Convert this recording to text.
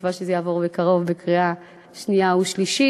בתקווה שזה יעבור בקרוב בקריאה שנייה ושלישית.